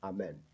Amen